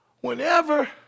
whenever